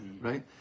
Right